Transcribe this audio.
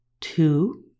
two